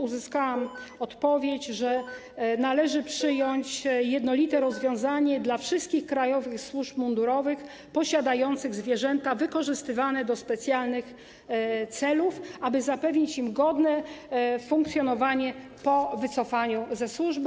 Uzyskałam odpowiedź, że należy przyjąć jednolite rozwiązanie dla wszystkich krajowych służb mundurowych posiadających zwierzęta wykorzystywane do specjalnych celów, aby zapewnić im godne funkcjonowanie po wycofaniu ze służby.